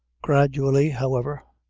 gradually, however,